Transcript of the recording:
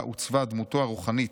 בה עוצבה דמותו הרוחנית,